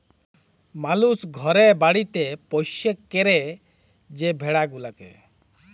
মালুস ঘরে বাড়িতে পৌষ্য ক্যরে যে ভেড়া গুলাকে